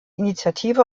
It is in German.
initiative